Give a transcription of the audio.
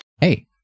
Hey